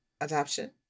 adoption